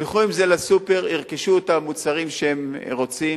ילכו עם זה ל"סופר", ירכשו את המוצרים שהם רוצים,